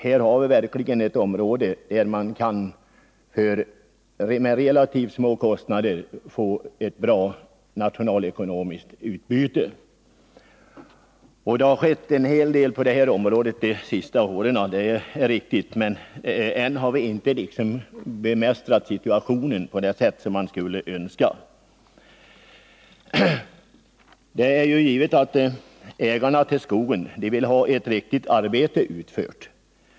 Här har vi verkligen ett område där man för relativt små kostnader kan få ett gott nationalekonomiskt utbyte. Det är alltså riktigt att det har skett en hel del på detta område de senaste åren. Men ännu har vi inte bemästrat situationen på det sätt som man skulle önska. Det är givet att ägarna till skogen vill ha ett riktigt arbete utfört.